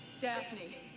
Daphne